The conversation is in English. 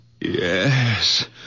Yes